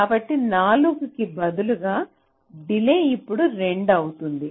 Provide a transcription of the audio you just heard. కాబట్టి 4 కి బదులుగా డిలే ఇప్పుడు 2 అవుతుంది